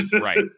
Right